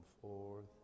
forth